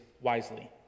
wisely